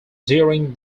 during